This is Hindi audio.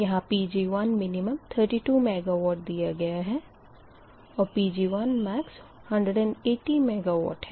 यहाँ Pg1min32 MW दिया गया है और Pg1max180 MW है